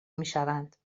میشوند